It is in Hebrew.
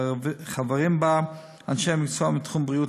וחברים בה אנשי מקצוע מתחום בריאות